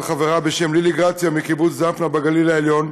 חברה בשם ללי גרציה מקיבוץ דפנה בגליל העליון.